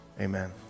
Amen